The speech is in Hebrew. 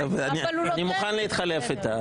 אני מוכן להתחלף איתה.